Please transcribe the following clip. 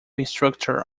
instructor